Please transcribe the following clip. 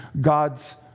God's